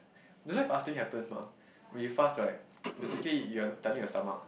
that's why fasting happen mah when you fast right basically you are telling your stomach